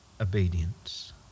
obedience